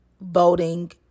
voting